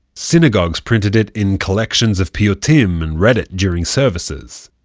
synagogues printed it in collections of piyutim and read it during services.